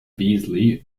beazley